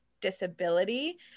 disability